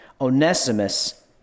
Onesimus